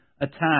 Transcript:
attack